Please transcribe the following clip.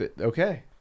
Okay